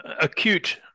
acute